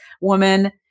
woman